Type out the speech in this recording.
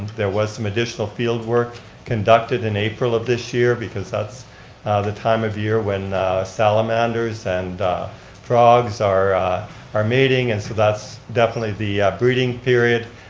there was some additional fieldwork conducted in april of this year because that's the time of year when salamanders and frogs are are mating, and so that's definitely the breeding period.